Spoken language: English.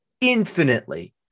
infinitely